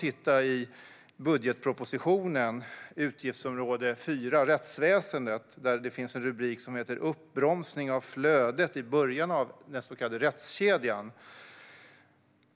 I budgetpropositionen finns på utgiftsområde 4 Rättsväsendet en rubrik som heter "Uppbromsning av flödet i början av rättskedjan".